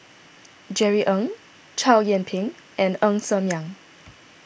Jerry Ng Chow Yian Ping and Ng Ser Miang